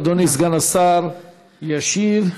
אדוני סגן השר ישיב.